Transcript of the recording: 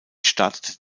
startete